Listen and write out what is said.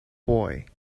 boy